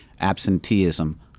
absenteeism